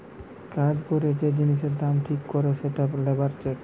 কাজ করে যে জিনিসের দাম ঠিক করে সেটা লেবার চেক